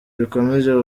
bikomeje